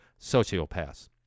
sociopaths